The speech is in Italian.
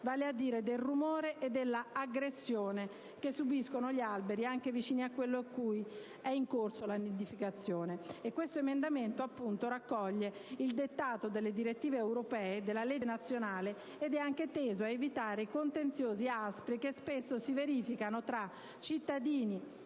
vale a dire del rumore e della "aggressione" che subiscono gli alberi anche vicini a quello in cui è in corso la nidificazione. Questo emendamento raccoglie dunque il dettato delle direttive europee e della legge nazionale ed è teso anche ad evitare i contenziosi aspri che spesso si verificano tra cittadini